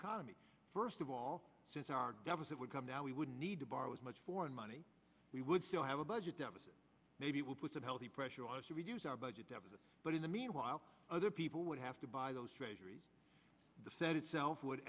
economy first of all since our deficit would come down wouldn't need to borrow as much foreign money we would still have a budget deficit maybe will put some healthy pressure on us to reduce our budget deficit but in the meanwhile other people would have to buy those treasury the fed itself would